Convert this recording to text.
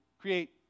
create